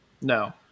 No